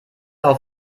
auf